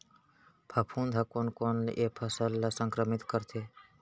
फफूंद ह कोन कोन से फसल ल संक्रमित करथे?